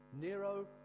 Nero